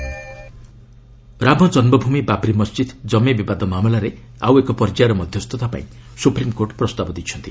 AC Ayodhya Ram ଜନ୍କ ଭୂମି ବାବ୍ରି ମସ୍ଜିଦ୍ କମି ବିବାଦ ମାମଲାରେ ଆଉ ଏକ ପର୍ଯ୍ୟାୟର ମଧ୍ୟସ୍ଥତା ପାଇଁ ସୁପ୍ରିମ୍କୋର୍ଟ ପ୍ରସ୍ତାବ ଦେଇଛନ୍ତି